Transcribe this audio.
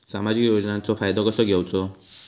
सामाजिक योजनांचो फायदो कसो घेवचो?